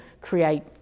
create